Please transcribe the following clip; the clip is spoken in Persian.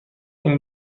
این